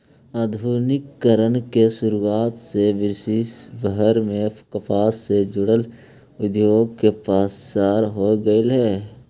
आधुनिकीकरण के शुरुआत से विश्वभर में कपास से जुड़ल उद्योग के प्रसार हो गेल हई